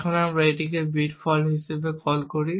তাই আমরা এটিকে বিট ফল্ট মডেল হিসাবে কল করি